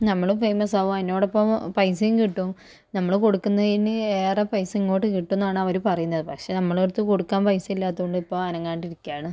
നമ്മള് ഫേയ്മസ് ആവും അതിനോടൊപ്പം പൈസയും കിട്ടും നമ്മള് കൊടുക്കുന്നതിന് ഏറെ പൈസ ഇങ്ങോട്ട് കിട്ടും എന്നാണ് അവര് പറയുന്നത് പക്ഷേ നമ്മളെ അടുത്ത് കൊടുക്കാൻ പൈസ ഇല്ലാത്തതുകൊണ്ട് ഇപ്പോൾ അനങ്ങാണ്ടിരിക്കുകയാണ്